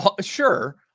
sure